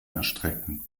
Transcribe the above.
erstrecken